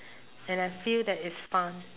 and I feel that it's fun